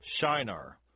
Shinar